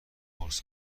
قرص